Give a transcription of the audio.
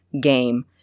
game